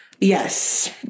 Yes